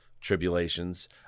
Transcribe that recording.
tribulations